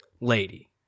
Lady